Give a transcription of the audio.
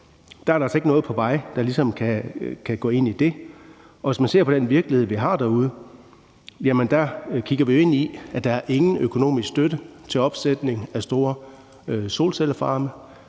er der altså ikke noget på vej, der ligesom kan gå ind i det. Og hvis man ser på den virkelighed, som vi har derude, kigger vi ind i, at der ikke er nogen økonomisk støtte til opsætning af store solcellefarme,